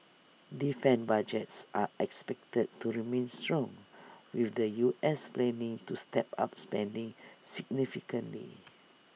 defence budgets are expected to remain strong with the U S planning to step up spending significantly